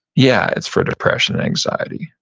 yeah, it's for depression and anxiety,